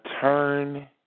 turn